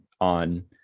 on